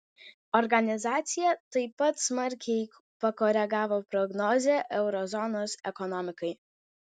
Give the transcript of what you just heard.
organizacija taip pat smarkiai pakoregavo prognozę euro zonos ekonomikai